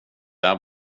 där